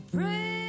Pray